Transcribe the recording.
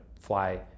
fly